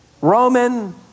Roman